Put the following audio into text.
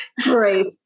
Great